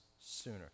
sooner